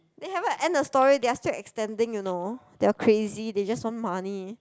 they haven't end the story they're still extending you know they're crazy they just want money